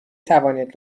توانید